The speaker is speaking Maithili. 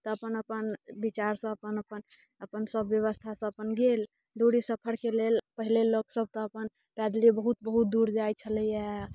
तऽ अपन अपन विचारसँ अपन अपन अपन सब व्यवस्थासँ अपन गेल दूरी सफरके लेल पहिले लोक सब तऽ अपन पैदले बहुत बहुत दूर जाइत छलैया